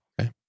okay